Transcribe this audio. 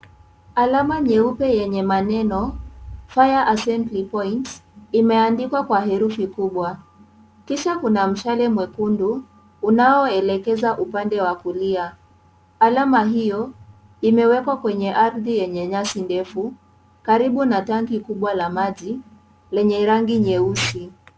"Alama nyeupe yenye maneno 'FIRE ASSEMBLY POINT' imechorwa kwa herufi kubwa. Kisha, kuna mshale mwekundu unaoelekeza upande wa kulia. Alama hiyo imewekwa kwenye ardhi yenye nyasi ndefu karibu na tanki kubwa la maji lenye rangi nyeusi."